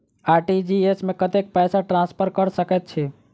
RTGS मे कतेक पैसा ट्रान्सफर कऽ सकैत छी?